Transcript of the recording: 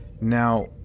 Now